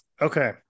okay